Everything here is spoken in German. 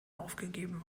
aufgegeben